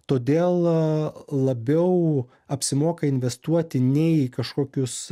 todėl labiau apsimoka investuoti ne į kažkokius